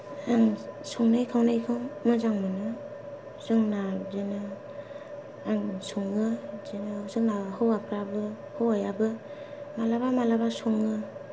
आं संनाय खावनायखौ मोजां मोनो जोंना बिदिनो आं सङो बिदिनो जोंना हौवाफ्राबो हौवायाबो मालाबा मालाबा सङो